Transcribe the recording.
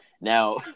Now